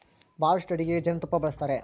ಬಹಳಷ್ಟು ಅಡಿಗೆಗ ಜೇನುತುಪ್ಪನ್ನ ಬಳಸ್ತಾರ